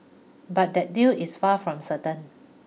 but that deal is far from certain